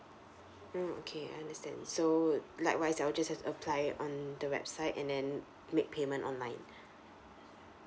mm okay understand so like wise I will just have to apply on the website and then make payment online